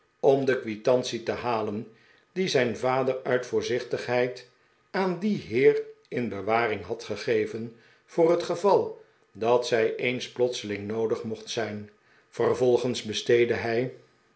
om de quitantie te halen die zijn vader uit voorzichtigheid aan dien heer in bewaring had gegeven voor het geval dat zij eens plotseling noodig mocht zijn vervolgens besteedde hij